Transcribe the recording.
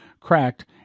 cracked